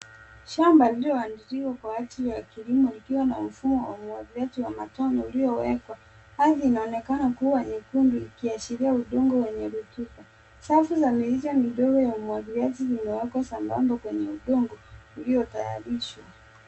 Shamba lililoandaliwa kwa ajili ya kilimo likiwa na mfumo wa umwagiliaji wa matone uliowekwa. Ardhi inaonekana kuwa nyekundu ikiashiria udongo wenye rotuba. Safu za mirija midogo ya umwagiliaji zimewekwa sambamba kwenye udongo uliotayarishwa.